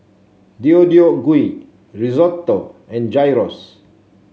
Deodeok Gui Risotto and Gyros